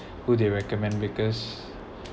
who they recommend because